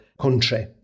country